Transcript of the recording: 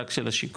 רק של השיכון,